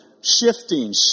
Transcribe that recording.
shifting